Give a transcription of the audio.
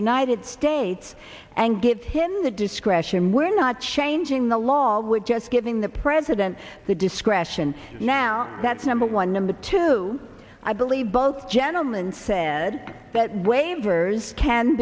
united states and give him the discretion we're not changing the law would just giving the president the discretion now that's number one number two i believe both gentleman said that